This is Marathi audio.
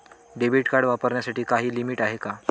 डेबिट कार्ड वापरण्यासाठी काही लिमिट आहे का?